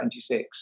26